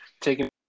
taking